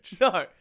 No